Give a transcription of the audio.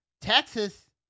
Texas